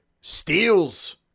steals